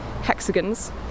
hexagons